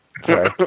sorry